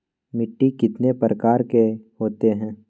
मिट्टी कितने प्रकार के होते हैं?